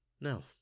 No